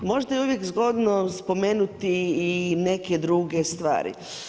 Možda je uvijek zgodno spomenuti i neke druge stvari.